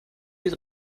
gilt